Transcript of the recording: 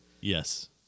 Yes